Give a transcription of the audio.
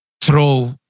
throw